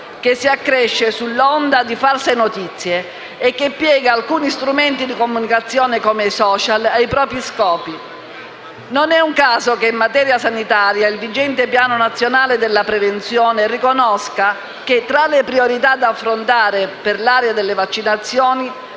si accresce sull'onda di false notizie e piega alcuni strumenti di comunicazione, come i *social*, ai propri scopi. Non è un caso che, in materia sanitaria, il vigente Piano nazionale della prevenzione riconosca che, tra le priorità da affrontare per l'area delle vaccinazioni,